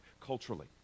culturally